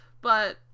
But-